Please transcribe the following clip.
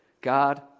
God